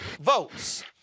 votes